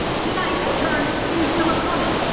tonight a turn few saw coming.